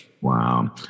Wow